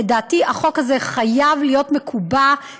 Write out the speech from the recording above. לדעתי החוק הזה חייב להיות מקובע,